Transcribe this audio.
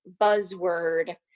buzzword